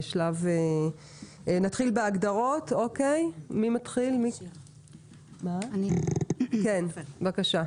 נתחיל בהגדרות, בבקשה.